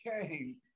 came